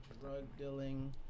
drug-dealing